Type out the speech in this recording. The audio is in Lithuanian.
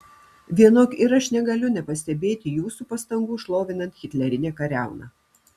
vienok ir aš negaliu nepastebėti jūsų pastangų šlovinant hitlerinę kariauną